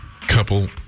couple